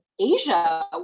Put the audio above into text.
Asia